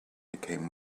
became